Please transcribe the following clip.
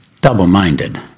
double-minded